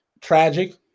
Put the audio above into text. tragic